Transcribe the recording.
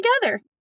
Together